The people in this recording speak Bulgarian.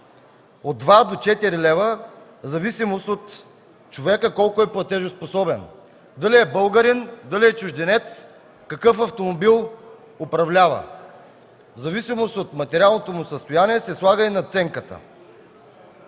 от 2 до 4 лв. в зависимост от това колко платежоспособен е човекът, дали е българин, дали е чужденец, какъв автомобил управлява. В зависимост от материалното му състояние се слага и надценката.